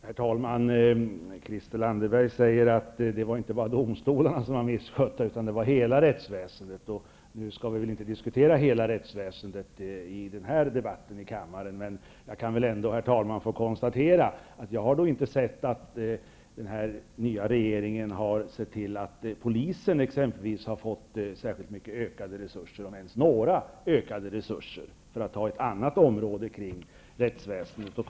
Herr talman! Christel Anderberg säger att det inte bara var domstolarna som var misskötta, utan det var hela rättsväsendet. Nu skall vi inte diskutera hela rättsväsendet i den här debatten i kammaren, men jag kan ändå, herr talman, få konstatera att jag inte har lagt märke till att den nya regeringen har sett till att polisen har fått sina resurser ökade med särskilt mycket, om man ens fått några ökade resurser. Detta för att ta ett annat område av rättsväsendet som exempel.